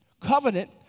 Covenant